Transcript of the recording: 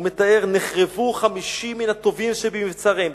הוא מתאר: "נחרבו חמישים מהטובים שבמבצריהם,